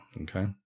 okay